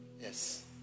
yes